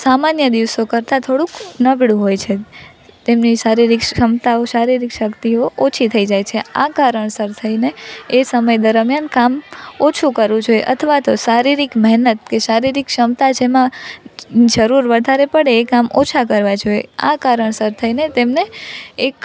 સામાન્ય દિવસો કરતાં થોડુંક નબળું હોય છે તેમની શારીરિક ક્ષમતાઓ શારીરિક શક્તિઓ ઓછી થઈ જાય છે આ કારણસર થઈને એ સમય દરમિયાન કામ ઓછું કરવું જોઈએ અથવા તો શારીરિક મહેનત કે શારીરિક ક્ષમતા જેમાં જરૂર વધારે પડે એ કામ ઓછાં કરવા જોઈએ આ કારણસર થઈને તેમણે એક